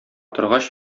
торгач